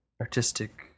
artistic